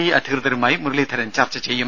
E അധികൃതരുമായി മുരളീധരൻ ചർച്ച ചെയ്യും